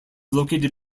located